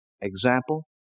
Example